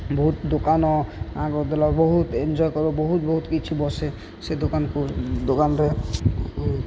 ବହୁତ ଦୋକାନ ଆଗ ଦେଲ ବହୁତ ଏନ୍ଜୟ କର ବହୁତ ବହୁତ କିଛି ବସେ ସେ ଦୋକାନକୁ ଦୋକାନରେ